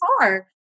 far